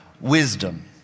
wisdom